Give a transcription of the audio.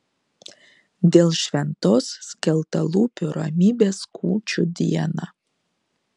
dėl šventos skeltalūpių ramybės kūčių dieną